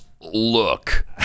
look